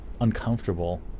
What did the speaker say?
uncomfortable